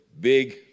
big